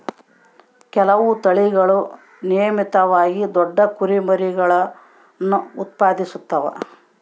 ಕೆಲವು ತಳಿಗಳು ನಿಯಮಿತವಾಗಿ ದೊಡ್ಡ ಕುರಿಮರಿಗುಳ್ನ ಉತ್ಪಾದಿಸುತ್ತವೆ